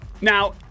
Now